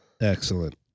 Excellent